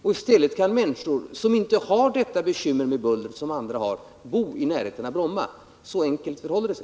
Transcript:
I stället kan då människor som inte hår sådan bullerkänslighet som en del andra har bo i närheten av Bromma — så enkelt förhåller det sig.